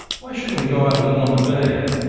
why shouldn't we go out a little on the bay?